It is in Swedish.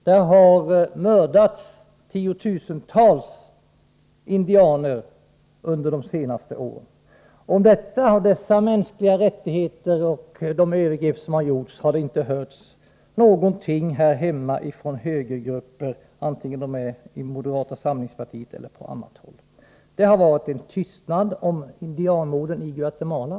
Tiotusentals indianer har nämligen mördats under de senaste åren. Om dessa brott mot de mänskliga rättigheterna och om andra övergrepp som förekommit har vi dock inte hört någonting här hemma från högergruppernas sida — vare sig från moderaterna eller från annat håll. Det har varit tyst om indianmorden i Guatemala.